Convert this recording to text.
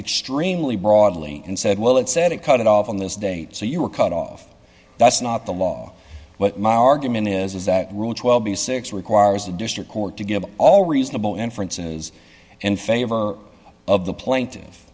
extremely broadly and said well it said it cut it off on this date so you were cut off that's not the law but my argument is that rule twelve b six requires a district court to give all reasonable inference is in favor of the plaintiff